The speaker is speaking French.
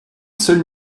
seul